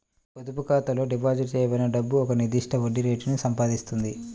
పొదుపు ఖాతాలో డిపాజిట్ చేయబడిన డబ్బు ఒక నిర్దిష్ట వడ్డీ రేటును సంపాదిస్తుంది